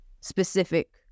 specific